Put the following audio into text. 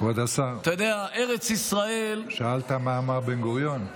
כבוד השר, שאלת מה אמר בן-גוריון.